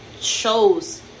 shows